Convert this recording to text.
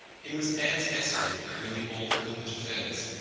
he was anne's escort at nearly all the college affairs,